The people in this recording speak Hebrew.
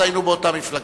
אז היינו באותה מפלגה.